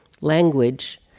language